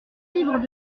livres